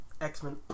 X-Men